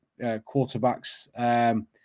quarterbacks